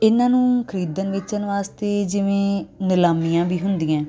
ਇਹਨਾਂ ਨੂੰ ਖਰੀਦਣ ਵੇਚਣ ਵਾਸਤੇ ਜਿਵੇਂ ਨਿਲਾਮੀਆਂ ਵੀ ਹੁੰਦੀਆਂ